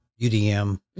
UDM